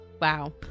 Wow